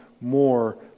more